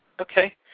Okay